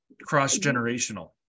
cross-generational